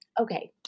Okay